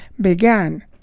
began